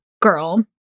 girl